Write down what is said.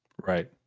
Right